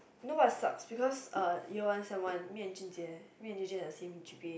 you know what sucks because uh year one sem one me and Jun-Jie me and Jun-Jie have the same g_p_a